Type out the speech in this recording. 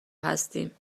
هستیم